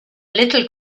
little